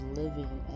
living